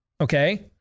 okay